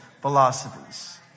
philosophies